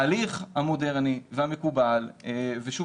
ההליך המודרני והמקובל ושוב,